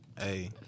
hey